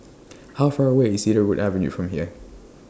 How Far away IS Cedarwood Avenue from here